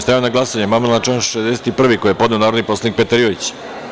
Stavljam na glasanje amandman na član 66. koji je podneo narodni poslanik Nikola Savić.